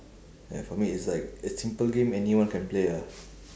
ya for me it's like it's simple game anyone can play ah